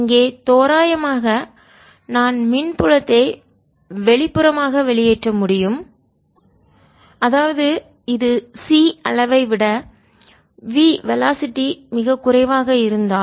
இங்கே தோராயமாக நான் மின் புலத்தை வெளிப்புறமாக வெளியேற்ற முடியும் அதாவது இது c அளவை ஐ விட V வெலாசிட்டி மிகக் குறைவாக இருந்தால்